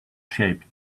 shaped